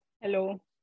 Hello